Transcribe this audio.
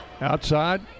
Outside